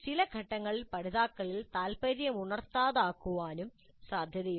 ചില ഘട്ടങ്ങളിൽ പഠിതാക്കളിൽ താൽപര്യമുണർത്താതാക്കുവാനും സാധ്യതയുണ്ട്